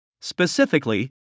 Specifically